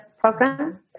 program